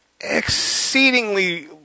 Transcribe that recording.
exceedingly